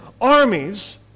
armies